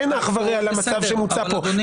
אין אח ורע למצב שמוצע כאן.